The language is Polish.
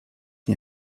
nie